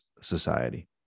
society